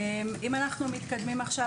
אם אנחנו מתקדמים עכשיו